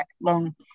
long